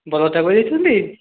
ବର କଥା କହି ଯାଇଛନ୍ତି